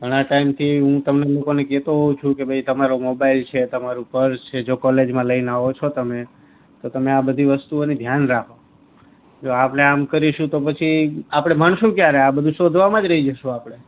ઘણા ટાઈમથી હું તમને લોકોને કહે તો હોઉં છું કે તમારો મોબાઈલ છે તમારું પર્સ છે જો કોલેજમાં લઈને આવો છો તમે તો તમે આ બધી વસ્તુઓની ધ્યાન રાખો જો આપણે આમ કરીશું તો પછી આપણે ભણીશું ક્યારે આ બધું શોધવામાં જ રહી જઈશું આપણે